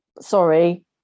sorry